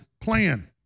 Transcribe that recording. plan